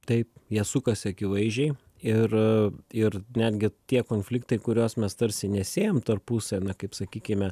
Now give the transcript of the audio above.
taip jie sukasi akivaizdžiai ir ir netgi tie konfliktai kuriuos mes tarsi nesiejam tarpusavy na kaip sakykime